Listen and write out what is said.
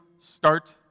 start